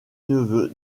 neveu